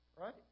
Right